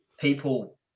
people